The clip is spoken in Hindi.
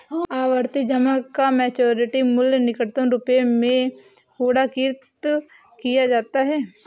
आवर्ती जमा का मैच्योरिटी मूल्य निकटतम रुपये में पूर्णांकित किया जाता है